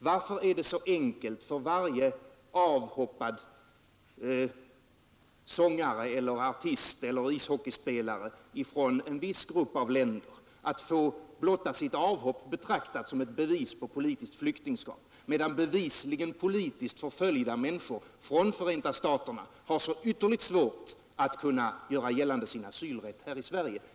Varför är det så enkelt för varje avhoppad sångare eller artist eller ishockeyspelare från en viss grupp av länder att få blotta sitt avhopp betraktat som ett bevis på politiskt flyktingskap, medan bevisligen politiskt förföljda människor från Förenta staterna har så ytterligt svårt att kunna göra sin asylrätt gällande här i Sverige?